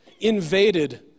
invaded